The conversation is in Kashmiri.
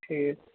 ٹھیٖک